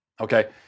okay